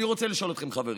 אני רוצה לשאול אתכם, חברים,